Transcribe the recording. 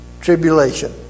tribulation